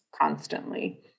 constantly